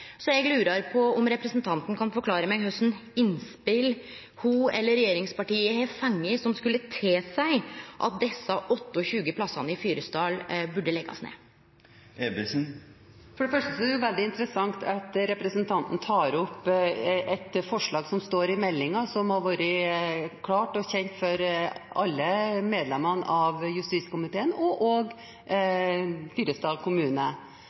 Så eg lurar på om representanten kan forklare meg kva innspel ho, eller regjeringspartia, har fått som skulle tilseie at desse 28 plassane i Fyresdal burde leggjast ned? For det første er det jo veldig interessant at representanten tar opp et forslag som står i meldingen, som har vært klart og kjent for alle medlemmene av justiskomiteen – også for Fyresdal kommune